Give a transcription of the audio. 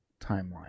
timeline